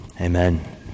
Amen